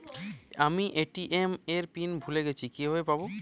আমি এ.টি.এম এর পিন ভুলে গেছি কিভাবে পাবো?